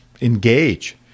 engage